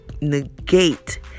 negate